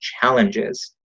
challenges